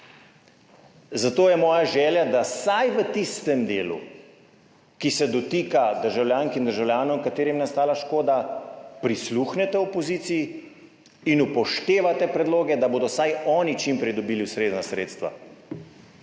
Zato je moja želja, da vsaj v tistem delu, ki se dotika državljank in državljanov, katerim je nastala škoda, prisluhnete opoziciji in upoštevate predloge, da bodo vsaj oni čim prej dobili ustrezna sredstva.